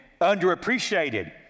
underappreciated